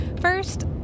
First